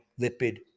lipid